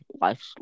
life